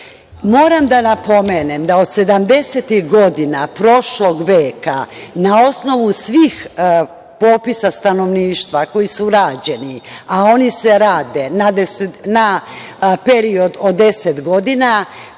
da napomenem da od sedamdesetih godina prošlog veka, na osnovu svih popisa stanovništava koji su rađeni, a oni se rade na period od deset godina,